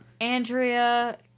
Andrea